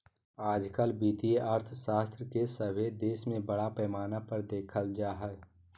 आजकल वित्तीय अर्थशास्त्र के सभे देश में बड़ा पैमाना पर देखल जा हइ